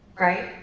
right?